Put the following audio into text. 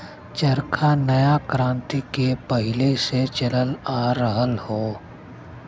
चरखा नया क्रांति के पहिले से ही चलल आ रहल हौ